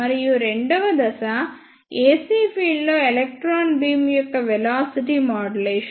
మరియు రెండవ దశ ac ఫీల్డ్లో ఎలక్ట్రాన్ బీమ్ యొక్క వెలాసిటీ మాడ్యులేషన్